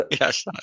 Yes